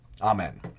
Amen